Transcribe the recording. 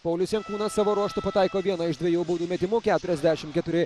paulius jankūnas savo ruožtu pataiko vieną iš dviejų baudų metimų keturiasdešimt keturi